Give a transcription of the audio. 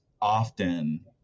often